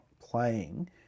playing